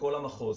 ל"קול המחוז".